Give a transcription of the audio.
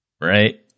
right